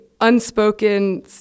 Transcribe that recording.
unspoken